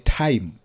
time